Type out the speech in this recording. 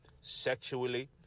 sexually